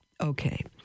Okay